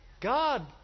God